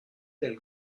del